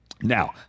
Now